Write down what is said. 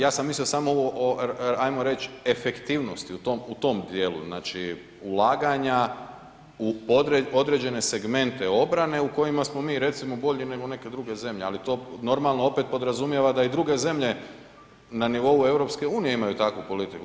Ja sam mislio samo ovo ajmo reći efektivnosti u tom dijelu, znači ulaganja u određene segmente obrane u kojima smo mi recimo bolji nego neke druge zemlje, ali to normalno opet podrazumijeva da i druge zemlje na nivou EU imaju takvu politiku.